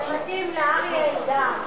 זה מתאים לאריה אלדד,